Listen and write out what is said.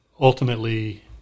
ultimately